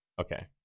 Okay